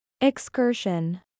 Excursion